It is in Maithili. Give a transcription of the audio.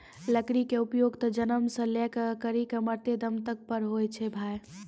लकड़ी के उपयोग त जन्म सॅ लै करिकॅ मरते दम तक पर होय छै भाय